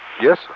Yes